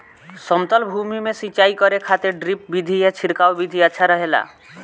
समतल भूमि में सिंचाई करे खातिर ड्रिप विधि या छिड़काव विधि अच्छा रहेला?